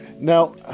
Now